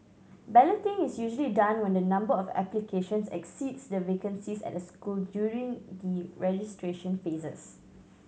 balloting is usually done when the number of applications exceeds the vacancies at a school during the registration phases